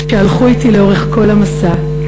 שהלכו אתי לאורך כל המסע,